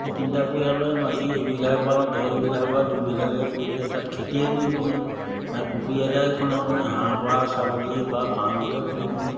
সেই তিনিটা পৰিয়ালৰ মাটি এবিঘাৰ পৰা ডেৰ বিঘাৰ বা দুবিঘাকৈ পৰিলে তাত খেতিয়ে কৰিবনে নে পুখুৰী এটাই খন্দাবনে হাঁহ পাৰ ছাগলী বা ফাৰ্মকে খুলিবনে